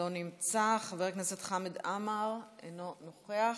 לא נמצא, חבר הכנסת חמד עמאר, אינו נוכח,